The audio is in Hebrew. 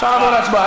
אפשר לעבור להצבעה.